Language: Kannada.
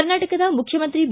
ಕರ್ನಾಟಕದ ಮುಖ್ಯಮಂತ್ರಿ ಬಿ